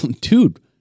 dude